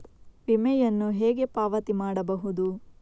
ವಿಮೆಯನ್ನು ಹೇಗೆ ಪಾವತಿ ಮಾಡಬಹುದು?